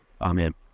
Amen